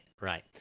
right